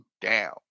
down